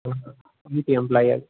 ಹ್ಞೂ sir B T employee ಆಗಿ